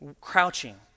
crouching